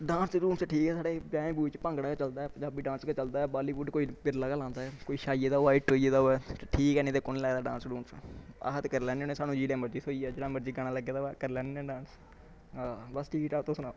dance डुंस ठीक ऐ साढ़े ब्याहें ब्युहें च भांगड़ा गै चलदा पंजाबी डांस गै चलदा बालीवुड कोई बिरला गै लांदा ऐ कोई छाई गेदा होऐ हिट होई गेदा होऐ ठीक ऐ नेईं ते कु'न ला दा डांस डुंस अह् ते करी लैन्ने हुन्ने सानूं जनेहा लेआ मर्जी थ्होई जाए जेड़ा मर्जी गाना लग्गे दा होवे करी लैन्ने हुन्ने डांस आ बस ठीक ऐ तुस सनाओ